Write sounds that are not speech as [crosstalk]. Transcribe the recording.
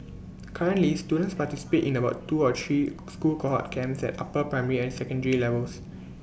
currently students participate in about two or three school cohort camps at upper primary and secondary [noise] levels